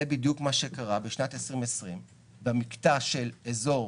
זה בדיוק מה שקרה בשנת 2020. במקטע של אזור